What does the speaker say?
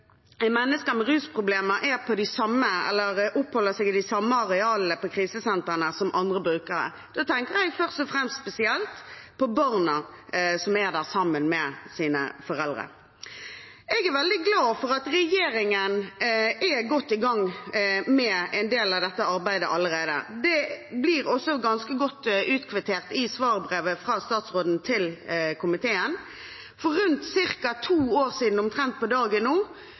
mennesker med rusproblemer oppholder seg i de samme arealene på krisesentrene som andre brukere. Da tenker jeg først og fremst spesielt på barna som er der sammen med sine foreldre. Jeg er veldig glad for at regjeringen er godt i gang med en del av dette arbeidet allerede. Det blir også ganske godt utkvittert i svarbrevet fra statsråden til komiteen, og det er nå ca. to år siden, omtrent på dagen,